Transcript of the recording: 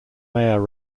meyer